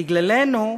בגללנו,